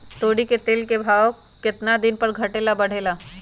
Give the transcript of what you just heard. तोरी के तेल के भाव केतना दिन पर घटे ला बढ़े ला?